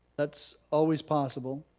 that's always possible.